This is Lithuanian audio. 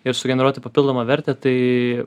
ir sugeneruoti papildomą vertę tai